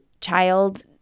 child